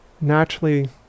naturally